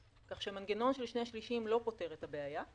כך שמנגנון של שני שלישים לא פותר את הבעיה.